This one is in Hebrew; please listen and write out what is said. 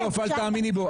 לפחות את תאמיני בבלוף.